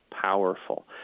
powerful